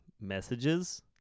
messages